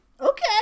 Okay